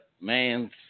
mans